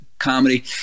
comedy